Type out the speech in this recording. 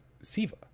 Siva